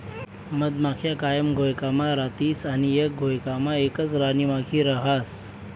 मधमाख्या कायम घोयकामा रातीस आणि एक घोयकामा एकच राणीमाखी रहास